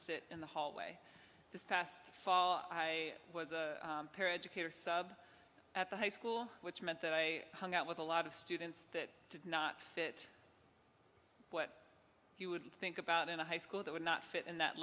sit in the hallway this past fall i was a peer educator sub at the high school which meant that i hung out with a lot of students that did not fit what you would think about in a high school that would not fit in that